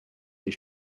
his